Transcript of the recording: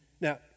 Now